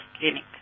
clinic